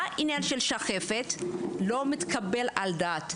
בעניין של השחפת זה לא מתקבל על הדעת.